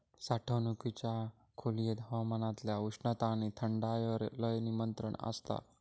साठवणुकीच्या खोलयेत हवामानातल्या उष्णता आणि थंडायर लय नियंत्रण आसता